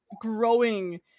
growing